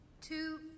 two